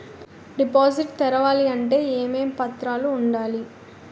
Deposit తెరవాలి అంటే ఏమేం పత్రాలు ఉండాలి?